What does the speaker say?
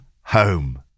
Home